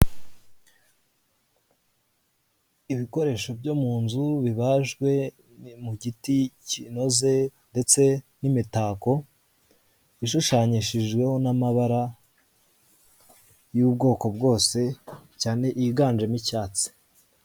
Ibikoresho byo mu nzu, bibajwe mu giti kinoze, ndetse n'imitako ishushanyishijweho n'amabara y'ubwoko bwose, cyane yiganjemo icyatsi.